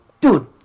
Dude